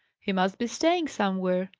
he must be staying somewhere,